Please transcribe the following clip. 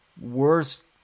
worst